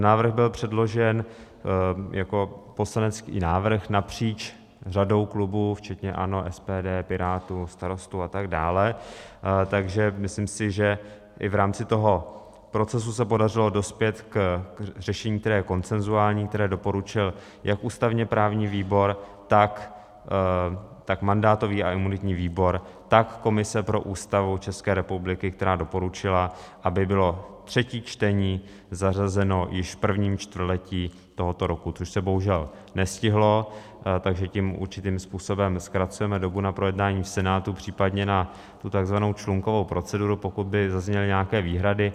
Návrh byl předložen jako poslanecký návrh napříč řadou klubů včetně ANO, SPD, Pirátů, Starostů a tak dále, takže myslím si, že i v rámci toho procesu se podařilo dospět k řešení, které je konsenzuální, které doporučil jak ústavněprávní výbor, tak mandátový a imunitní výbor, tak komise pro Ústavu České republiky, která doporučila, aby bylo třetí čtení zařazeno již v prvním čtvrtletí tohoto roku, což se bohužel nestihlo, takže tím určitým způsobem zkracujeme dobu na projednání v Senátu případně tu takzvanou člunkovou proceduru, pokud by zazněly nějaké výhrady.